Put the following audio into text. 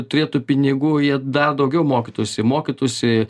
turėtų pinigų jie dar daugiau mokytųsi mokytųsi